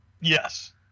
Yes